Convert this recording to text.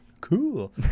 Cool